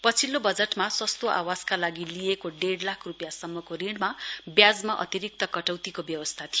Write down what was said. पछिल्लो बजटमा सस्तो आवासका लागि लिइएको डेड लाख रूपियाँसम्मको ऋणमा ब्याजमा अतिरिक्त कटौतीको व्यवस्था थियो